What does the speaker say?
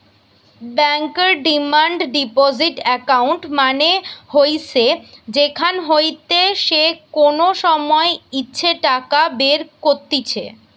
বেঙ্কর demand deposit account মানে হইসে যেখান হইতে যে কোনো সময় ইচ্ছে টাকা বের কত্তিছে